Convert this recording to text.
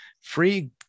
free